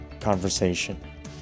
conversation